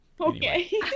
okay